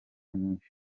nyinshi